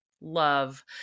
Love